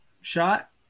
shot